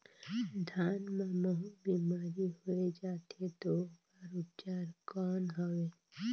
धान मां महू बीमारी होय जाथे तो ओकर उपचार कौन हवे?